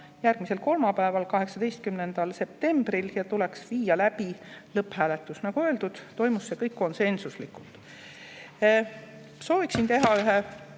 järgmisel kolmapäeval, 18. septembril ja tuleks viia läbi lõpphääletus. Nagu öeldud, toimus see kõik konsensuslikult. Sooviksin teha ühe